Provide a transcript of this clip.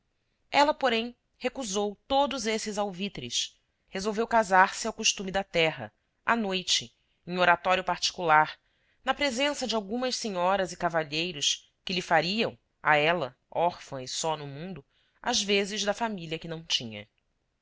ela porém recusou todos esses alvitres resolveu casar-se ao costume da terra à noite em oratório particular na presença de algumas senhoras e cavalheiros que lhe fariam a ela órfã e só no mundo as vezes da família que não tinha